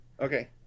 Okay